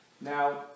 Now